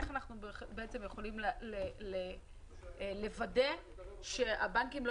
איך אנחנו בעצם יכולים לוודא שהבנקים לא